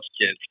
kids